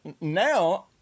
now